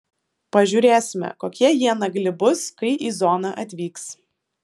pažiūrėsime kokie jie nagli bus kai į zoną atvyks